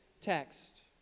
text